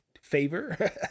favor